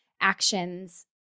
actions